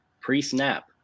pre-snap